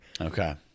Okay